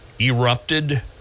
erupted